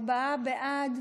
ארבעה בעד,